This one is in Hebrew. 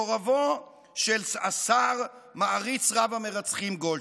מקורבו של השר, מעריץ רב המרצחים גולדשטיין.